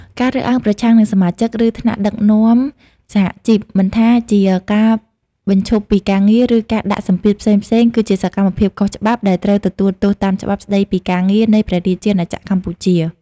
ការរើសអើងប្រឆាំងនឹងសមាជិក ឬថ្នាក់ដឹកនាំសហជីព មិនថាជាការបញ្ឈប់ពីការងារ ឬការដាក់សម្ពាធផ្សេងៗ គឺជាសកម្មភាពខុសច្បាប់ដែលត្រូវទទួលទោសតាមច្បាប់ស្តីពីការងារនៃព្រះរាជាណាចក្រកម្ពុជា។